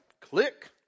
click